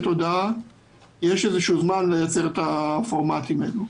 הודעה יש איזשהו זמן לייצר את הפורמטים האלה.